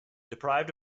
deprived